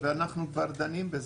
אחלה הצעה.